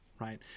Right